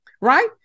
right